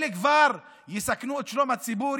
אלה כבר יסכנו את שלום הציבור,